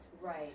Right